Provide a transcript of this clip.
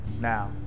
now